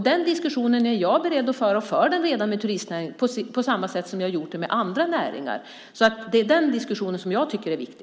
Den diskussionen är jag beredd att föra, och jag för den redan med turistnäringen på samma sätt som jag har fört den med andra näringar. Det är den diskussionen som jag tycker är viktig.